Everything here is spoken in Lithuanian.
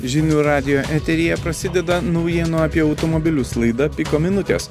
žinių radijo eteryje prasideda naujienų apie automobilius laida piko minutės